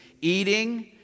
eating